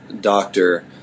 doctor